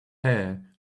hair